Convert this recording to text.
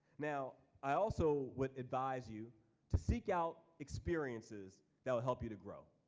now i also would advise you to seek out experiences that'll help you to grow.